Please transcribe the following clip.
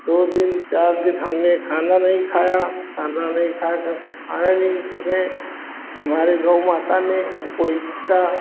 दो दिन चार दिन हमने खाना नहीं खाया खाना नहीं खाया तो खाना ले कर गए तो हमारे गौ माता ने हमको इतना